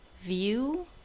view